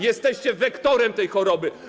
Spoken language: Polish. Jesteście wektorem tej choroby.